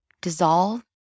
dissolve